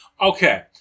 Okay